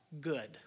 Good